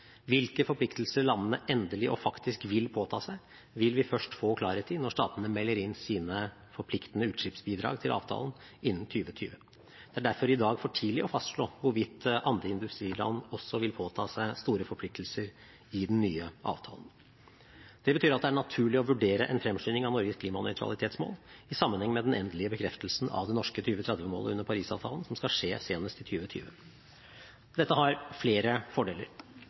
Hvilke forpliktelser landene endelig og faktisk vil påta seg, vil vi først få klarhet i når statene melder inn sine forpliktende utslippsbidrag til avtalen innen 2020. Det er derfor i dag for tidlig å fastslå hvorvidt andre industriland også vil påta seg store forpliktelser i den nye avtalen. Det betyr at det er naturlig å vurdere en fremskynding av Norges klimanøytralitetsmål i sammenheng med den endelige bekreftelsen av det norske 2030-målet under Paris-avtalen, som skal skje senest i 2020. Dette har flere fordeler: